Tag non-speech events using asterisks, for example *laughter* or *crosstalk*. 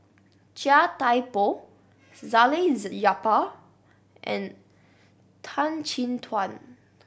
Chia Thye Poh Salleh *unintelligible* Japar and Tan Chin Tuan